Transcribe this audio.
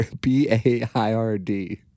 B-A-I-R-D